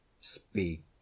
speak